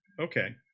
Okay